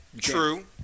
True